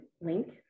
link